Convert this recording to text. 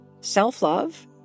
self-love